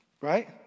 right